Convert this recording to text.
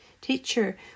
teacher